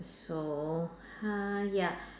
so uh ya